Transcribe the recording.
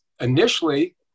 initially